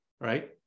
Right